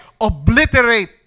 obliterate